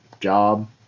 job